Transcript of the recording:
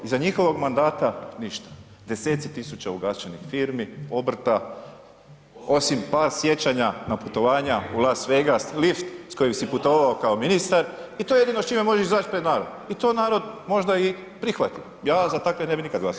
Iza njihovog mandata ništa, 10-ci tisuća ugašenih firmi, obrta, osim par sjećanja na putovanja u Las Vegas, lift s kojim si putovao kao ministar i to je jedino s čime možeš izaći pred narod i to narod možda i prihvati, ja za takve ne bih nikada glasao.